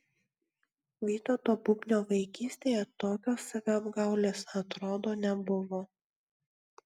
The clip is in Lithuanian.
vytauto bubnio vaikystėje tokios saviapgaulės atrodo nebuvo